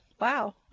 Wow